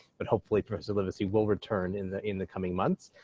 but hopefully professor livesay will return in the in the coming months.